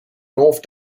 north